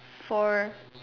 for